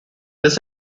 this